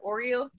Oreo